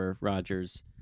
Rogers